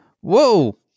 Whoa